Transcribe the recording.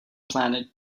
planet